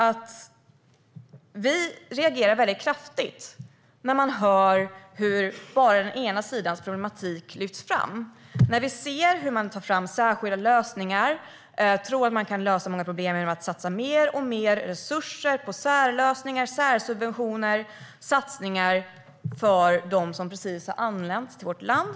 Vi reagerar väldigt kraftigt när vi hör hur bara den ena sidans problematik lyfts fram. Man tar fram särskilda lösningar och tror att man kan lösa många problem genom att satsa mer och mer resurser på särlösningar, särsubventioner och satsningar för dem som precis har anlänt till vårt land.